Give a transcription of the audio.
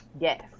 yes